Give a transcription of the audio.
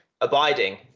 abiding